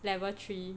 level three